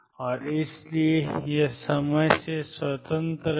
और इसलिए यह समय से स्वतंत्र है